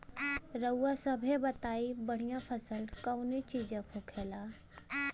रउआ सभे बताई बढ़ियां फसल कवने चीज़क होखेला?